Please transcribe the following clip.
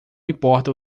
importa